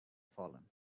fallen